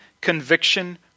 conviction